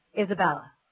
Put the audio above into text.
Isabella